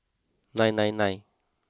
nine nine nine